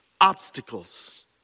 obstacles